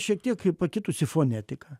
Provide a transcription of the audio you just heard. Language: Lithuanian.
šiek tiek pakitusi fonetika